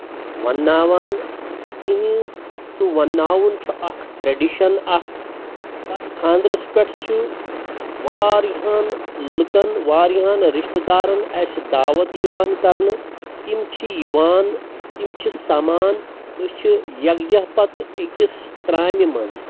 وَنناوان تِہنٛز سُہ وَنناوُن چھُ اکھ ٹریٚڈِشَن اَکھ تَتھ خاندرَس پٮ۪ٹھ چھُ واریاہَن لٕکَن واریاہَن رِشتہٕ دارَن اَسہِ دعوت یِوان کَرنہٕ تِم چھِ یِوان تِم چھِ سَمان أسۍ چھِ یَکجہ پَتہٕ أکِس ترٛامہِ منٛز